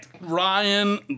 Ryan